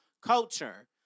culture